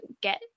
get